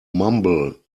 mumble